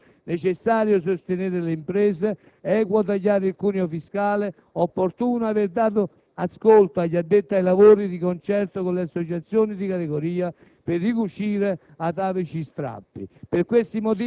Detto ciò, mi pare urgente incrementare le pensioni basse, necessario sostenere le imprese, equo tagliare il cuneo fiscale, opportuno aver dato ascolto agli addetti ai lavori di concerto con le associazioni di categoria